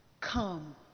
come